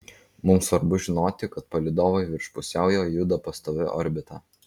mums svarbu žinoti kad palydovai virš pusiaujo juda pastovia orbita